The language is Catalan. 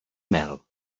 mel